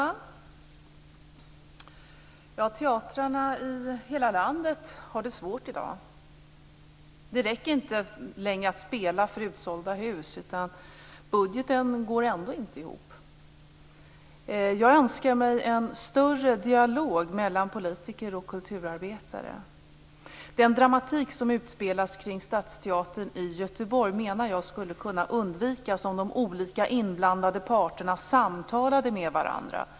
Herr talman! Teatrarna i hela landet har det svårt i dag. Det räcker inte längre att spela för utsålda hus. Budgeten går ändå inte ihop. Jag önskar mig en mer omfattande dialog mellan politiker och kulturarbetare. Jag menar att den dramatik som utspelas kring Stadsteatern i Göteborg skulle kunna undvikas om de inblandade parterna samtalade med varandra.